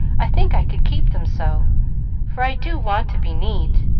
i think i could keep them so for i do want to be neat,